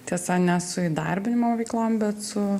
tiesa ne su įdarbinimo veiklom bet su